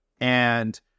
and-